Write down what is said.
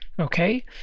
okay